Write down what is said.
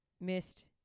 missed